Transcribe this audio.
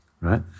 right